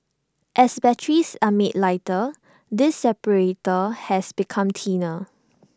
as batteries are made lighter this separator has become thinner